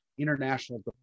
international